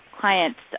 clients